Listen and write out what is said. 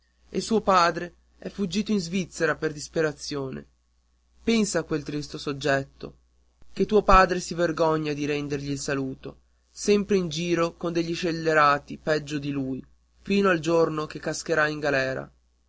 e suo padre è fuggito in svizzera per disperazione pensa a quel tristo soggetto che tuo padre si vergogna di rendergli il saluto sempre in giro con dei scellerati peggio di lui fino al giorno che cascherà in galera